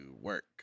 work